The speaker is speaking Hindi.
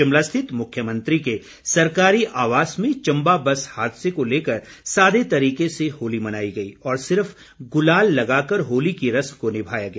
शिमला स्थित मुख्यमंत्री के सरकारी आवास में चम्बा बस हादसे को लेकर सादे तरीके से होली मनाई गई और सिर्फ गुलाल लगा कर होली की रस्म को निभाया गया